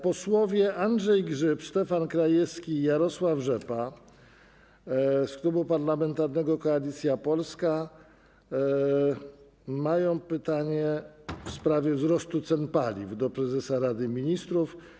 Posłowie Andrzej Grzyb, Stefan Krajewski i Jarosław Rzepa z Klubu Parlamentarnego Koalicja Polska mają pytanie w sprawie wzrostu cen paliw, do prezesa Rady Ministrów.